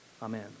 Amen